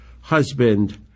husband